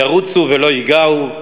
ירוצו ולא ייגעו,